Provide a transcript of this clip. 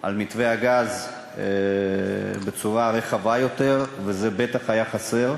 על מתווה הגז בצורה רחבה יותר, וזה בטח היה חסר.